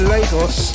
Lagos